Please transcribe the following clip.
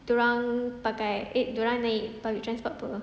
dorang pakai eh dorang naik public transport [pe]